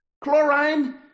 Chlorine